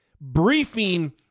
briefing